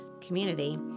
community